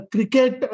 Cricket